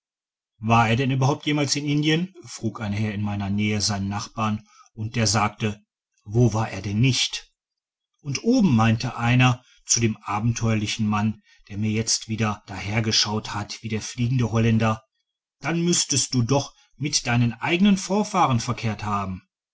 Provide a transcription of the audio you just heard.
war er denn überhaupt jemals in indien frug ein herr in meiner nähe seinen nachbar und der sagte wo war er denn nicht und oben meinte einer zu dem abenteuerlichen mann der mir jetzt wieder dahergeschaut hat wie der fliegende holländer dann müßtest du doch mit deinen eigenen vorfahren verkehrt haben